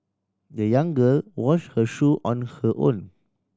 the young girl wash her shoe on her own